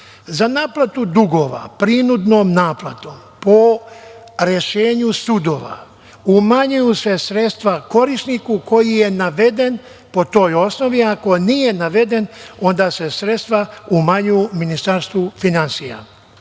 naplatu dugova prinudnom naplatom po rešenju sudova umanjuju se sredstva korisniku koji je naveden po toj osnovi. Ako nije naveden, onda se sredstva umanjuju Ministarstvu finansija.